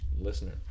listener